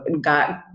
got